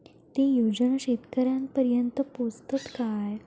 ते योजना शेतकऱ्यानपर्यंत पोचतत काय?